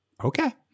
Okay